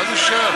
מה זה שייך?